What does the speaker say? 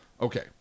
Okay